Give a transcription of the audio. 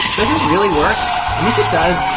does this really work? and if it does,